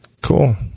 cool